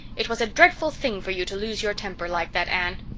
it was a dreadful thing for you to lose your temper like that, anne.